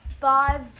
Five